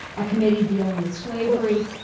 a committee dealing with slavery,